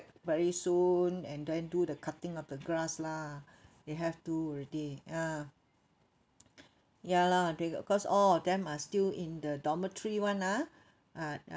very soon and then do the cutting of the grass lah they have to already ah ya lah they cause all of them are still in the dormitory [one] ah ah